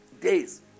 Days